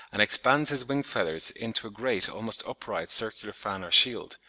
and expands his wing-feathers into a great, almost upright, circular fan or shield,